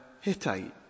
Hittite